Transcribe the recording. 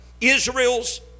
Israel's